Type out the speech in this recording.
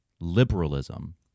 liberalism